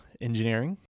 engineering